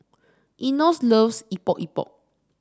Enos loves Epok Epok